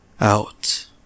out